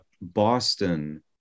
Boston